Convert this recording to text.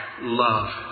love